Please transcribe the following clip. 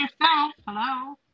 Hello